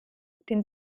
den